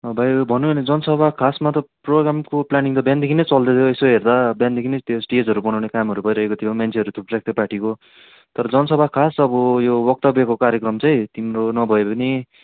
अँ भाइ भन्नु हो भने जनसभा खासमा त प्रोग्रामको प्लानिङ त बिहानदेखि नै चल्दै रहेछ यसो हेर्दा बिहानदेखि नै त्यो स्टेजहरू बनाउने कामहरू भइरहेको थियो मान्छेहरू थुप्रै थियो पार्टीको तर जनसभा खास अब यो वक्तव्यको कार्यक्रम चाहिँ तिम्रो नभए पनि